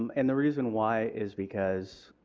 um and the reason why is because